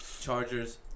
Chargers